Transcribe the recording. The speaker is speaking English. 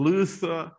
Luther